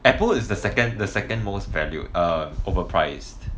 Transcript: apple is the second the second most valued err overpriced